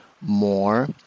more